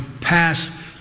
pass